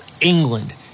England